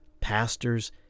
pastors